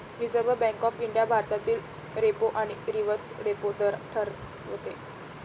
reserve Bank of India भारतातील repo आणि reverse repo दर ठरवते